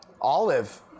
Olive